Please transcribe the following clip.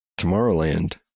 Tomorrowland